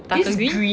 darker green